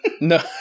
no